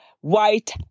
white